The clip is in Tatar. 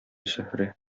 зөһрә